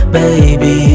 baby